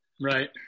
Right